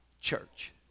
Church